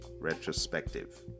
retrospective